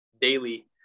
daily